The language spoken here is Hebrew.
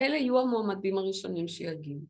‫אלה יהיו המועמדים הראשונים שיגיעו.